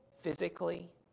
physically